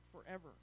forever